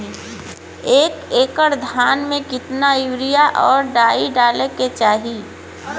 एक एकड़ धान में कितना यूरिया और डाई डाले के चाही?